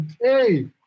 hey